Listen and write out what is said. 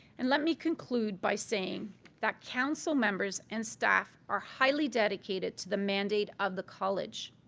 and let me conclude by saying that council members and staff are highly dedicated to the mandate of the college.